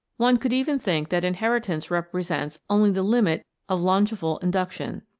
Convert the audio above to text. one could even think that inheritance represents only the limit of longeval induction,